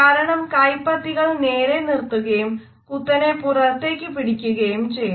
കാരണം കൈപ്പത്തികൾ നേരെ നിർത്തുകയും കുത്തനെ പുറത്തേക്ക് പിടിക്കുകയും ചെയ്യുന്നു